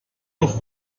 noch